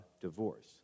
divorce